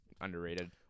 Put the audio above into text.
underrated